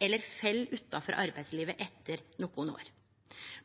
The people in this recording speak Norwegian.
eller fell ut av arbeidslivet etter nokre år.